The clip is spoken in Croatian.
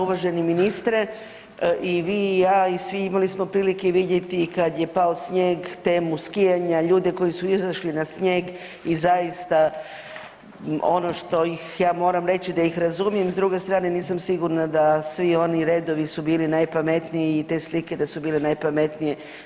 Uvaženi ministre, i vi i ja i svi imali smo prilike vidjeti kad je pao snijeg temu skijanja, ljude koji su izašli na snijeg i zaista ono što ih, ja moram reći da ih razumijem, s druge strane nisam sigurna da svi oni redovi su bili najpametniji i te slike da su bile najpametnije.